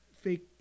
fake